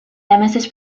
nemesis